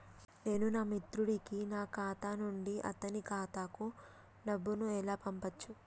నేను నా మిత్రుడి కి నా ఖాతా నుండి అతని ఖాతా కు డబ్బు ను ఎలా పంపచ్చు?